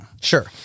Sure